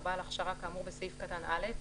או בעל הכשרה כאמור בסעיף קטן (א),